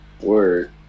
Word